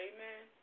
Amen